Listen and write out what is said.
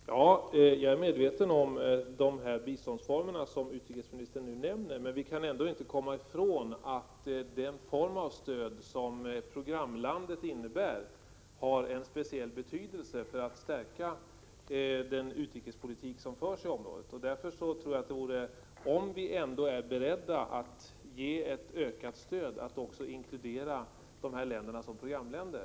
Fru talman! Jag är medveten om de biståndsformer som utrikesministern nu nämner, men man kan ändå inte komma ifrån att den form av stöd som programland innebär har en speciell betydelse för att stärka den utrikespolitik som förs i området. Om vi ändå är beredda att ge ett ökat stöd borde också dessa länder inkluderas som programländer.